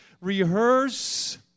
rehearse